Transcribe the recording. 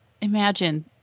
imagine